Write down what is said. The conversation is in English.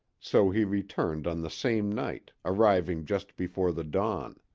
so he returned on the same night, arriving just before the dawn.